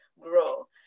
grow